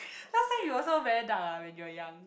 last time you also very dark ah when you are young